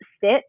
sit